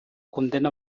condemna